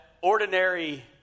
ordinary